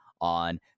on